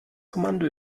kommando